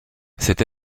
cette